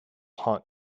haunt